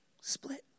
split